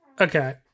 okay